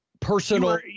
personal